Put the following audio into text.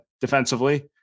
defensively